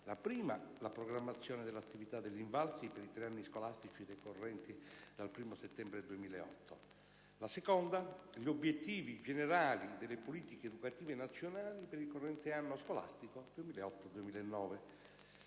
la prima, la programmazione dell'attività dell'INVALSI per i tre anni scolastici decorrenti dal 1° settembre 2008, la seconda, gli obiettivi generali delle politiche educative nazionali per il corrente anno scolastico 2008/2009.